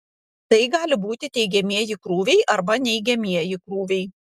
tai gali būti teigiamieji krūviai arba neigiamieji krūviai